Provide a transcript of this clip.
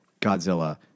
Godzilla